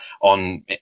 on